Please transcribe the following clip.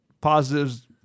positives